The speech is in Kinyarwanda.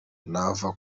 nava